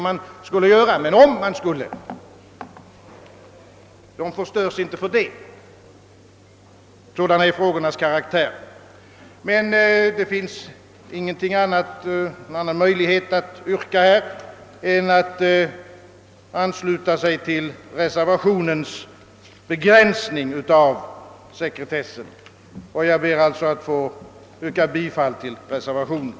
Frågornas karaktär är sådan, att handlingarna inte förlorar sin användbarhet, även om de inte är sekretessbelagda. Det finns ingen annan möjlighet för mig att åtminstone till en del ge uttryck för min uppfattning än att ansluta mig till reservationens yrkande om begränsning av sekretessen. Jag ber alltså att få yrka bifall till reservationen!.